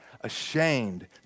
ashamed